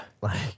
Like-